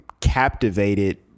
captivated